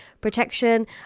protection